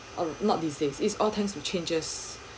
oh not disease is all thanks to changes